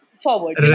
forward